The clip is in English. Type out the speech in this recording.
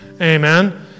Amen